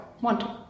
want